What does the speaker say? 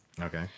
Okay